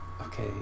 okay